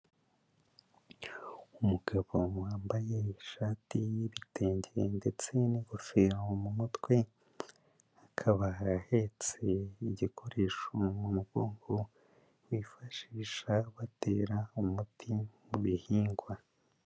Umugabo wambaye ishati y'ibitenge ndetse n'ingofero mu mutwe, akaba ahetse igikoresho mu mugongo wifashisha batera umuti mubi bihingwa.